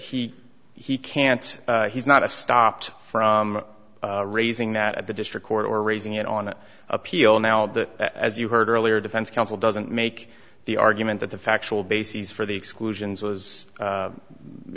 he he can't he's not a stopped from raising that at the district court or raising it on appeal now that as you heard earlier defense counsel doesn't make the argument that the factual basis for the exclusions was